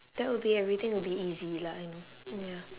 that will be everything will be easy lah I know ya